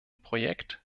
projekt